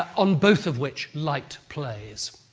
on both of which light plays.